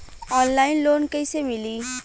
Online loan कइसे मिली?